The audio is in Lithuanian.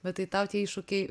bet tai tau tie iššūkiai